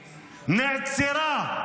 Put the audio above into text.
נעצרה,